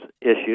issues